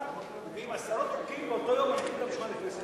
מביאים עשרות חוקים ובאותו יום מניחים על שולחן הכנסת.